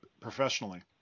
professionally